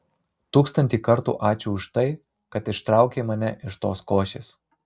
tūkstantį kartų ačiū už tai kad ištraukei mane iš tos košės